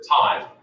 time